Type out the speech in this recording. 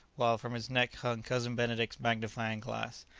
whilst from his neck hung cousin benedict's magnifying-glass,